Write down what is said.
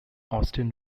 austin